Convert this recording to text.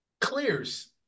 Clears